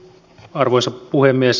arvoisa puhemies